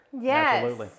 Yes